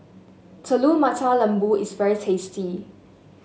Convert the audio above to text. Telur Mata Lembu is very tasty